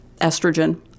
estrogen